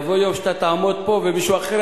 יבוא יום שאתה תעמוד פה ומישהו אחר